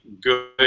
good